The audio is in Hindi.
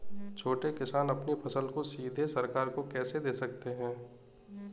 छोटे किसान अपनी फसल को सीधे सरकार को कैसे दे सकते हैं?